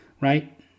right